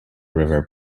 river